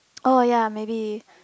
oh ya maybe